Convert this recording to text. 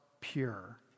pure